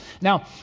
Now